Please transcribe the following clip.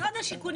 משרד שיכון,